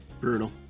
Brutal